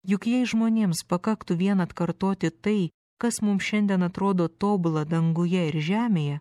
juk jei žmonėms pakaktų vien atkartoti tai kas mums šiandien atrodo tobula danguje ir žemėje